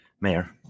Mayor